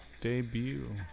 Debut